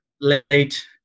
late